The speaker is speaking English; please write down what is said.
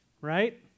right